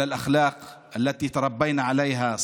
ולאמות המוסר שהתחנכנו עליהם,